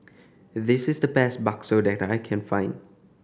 this is the best bakso that I can find